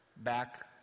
Back